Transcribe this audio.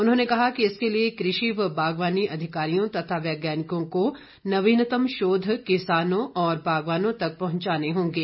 उन्होंने कहा कि इसके लिए कृषि व बागवानी अधिकारियों तथा वैज्ञानिकों को नवीनतम शोध किसानों और बागवानों तक पहुंचाने होंगे